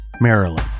Maryland